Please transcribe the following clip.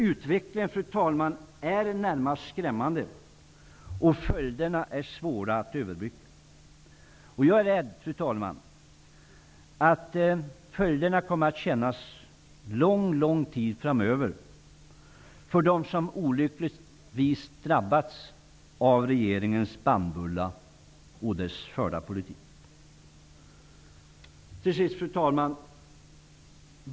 Utvecklingen är närmast skrämmande, och följderna är svåra att överblicka. Jag är rädd att följderna kommer att kännas lång, lång tid framöver för dem som olyckligtvis drabbats av regeringens bannbulla och dess förda politik.